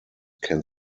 can